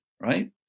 right